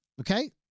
Okay